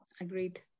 Agreed